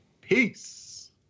Peace